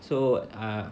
so uh